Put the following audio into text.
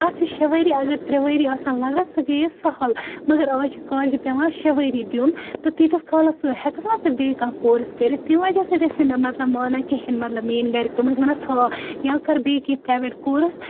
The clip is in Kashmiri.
اتھ چھِ شیٚے ؤری اگر ترٛےٚ ؤری آسہٕ ہَن لَگان سُہ گٔیے سَہَل مگر آز چھِ کالجہِ پیٚوان شیٚے ؤری دِیُن تہٕ تیٖتِس کالَس ہیٚکَکھ نا ژٕ بیٚیہِ کانٛہہ کورس کٔرِتھ تمہِ وَجہَ سۭتۍ ٲسۍ نہٕ مےٚ مانان کِہِیٖنۍ مَطلَب میٲنۍ گَرٕکھ تِم ٲسۍ وَنان تھاو یا کر بیٚیہِ کینٛہہ پرایویٹ کورس